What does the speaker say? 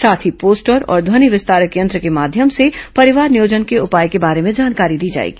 साथ ही पोस्टर और ध्वनि विस्तारक यंत्र के माध्यम से परिवार नियोजन के उपाय के बारे में जानकारी दी जाएगी